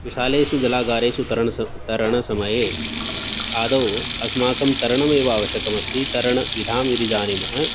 विशालेषु जलागारेषु तरणसम् तरणसमये आदौ अस्माकं तरणमेव आवश्यकमस्ति तरणविधां यदि जानीमः